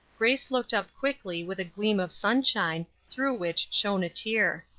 grace looked up quickly with a gleam of sunshine, through which shone a tear.